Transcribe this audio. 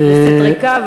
הכנסת ריקה,